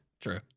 True